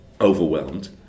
overwhelmed